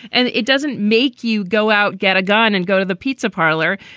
and it doesn't make you go out, get a gun and go to the pizza parlor.